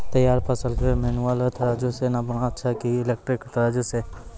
तैयार फसल के मेनुअल तराजु से नापना अच्छा कि इलेक्ट्रॉनिक तराजु से?